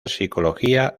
psicología